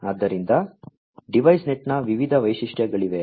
ಆದ್ದರಿಂದ DeviceNet ನ ವಿವಿಧ ವೈಶಿಷ್ಟ್ಯಗಳಿವೆ